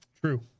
true